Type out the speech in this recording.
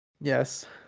Yes